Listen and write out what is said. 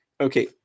Okay